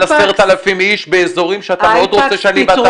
10,000 איש באזורים שאתה מאוד רוצה שאני --- ערן,